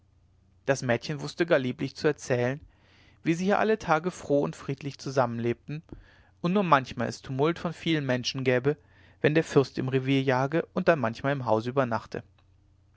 das mädchen wußte gar lieblich zu erzählen wie sie hier alle tage froh und friedlich zusammen lebten und nur manchmal es tumult von vielen menschen gäbe wenn der fürst im revier jage und dann manchmal im hause übernachte